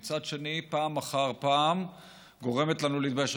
ומצד שני פעם אחר פעם גורמת לנו להתבייש,